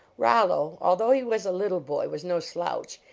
rollo, although he was a little boy, was no slouch,